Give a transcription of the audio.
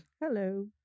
Hello